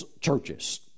churches